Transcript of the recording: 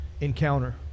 encounter